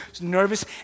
nervous